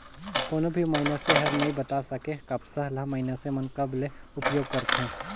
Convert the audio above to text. कोनो भी मइनसे हर नइ बता सके, कपसा ल मइनसे मन कब ले उपयोग करथे